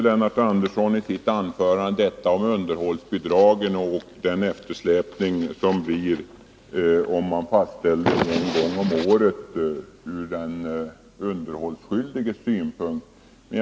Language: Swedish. Lennart Andersson togi sitt anförande upp detta om underhållsbidrag och den eftersläpning ur den underhållsskyldiges synpunkt som det kan bli om man fastställer basbeloppet en gång om året.